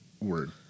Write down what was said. word